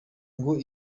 ngo